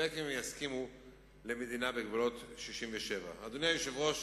וספק אם יסכימו למדינה בגבולות 67'. אדוני היושב-ראש,